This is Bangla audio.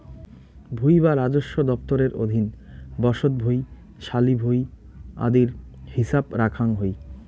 ভুঁই ও রাজস্ব দফতরের অধীন বসত ভুঁই, শালি ভুঁই আদির হিছাব রাখাং হই